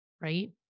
right